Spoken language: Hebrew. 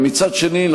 ומצד שני,